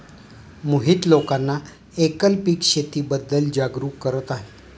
मोहित लोकांना एकल पीक शेतीबद्दल जागरूक करत आहे